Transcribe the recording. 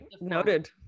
Noted